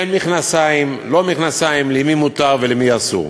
כן מכנסיים, לא מכנסיים, למי מותר ולמי אסור.